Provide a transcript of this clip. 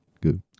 Good